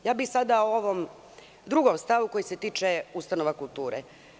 Sada bih o ovom drugom stavu koji se tiče ustanova kulture.